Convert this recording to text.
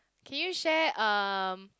can you share um